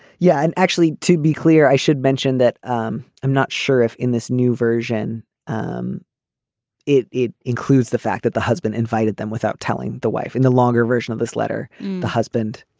yeah. and actually to be clear i should mention that um i'm not sure if in this new version um it it includes the fact that the husband invited them without telling the wife and the longer version of this letter the husband.